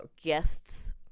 Guests